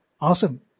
Awesome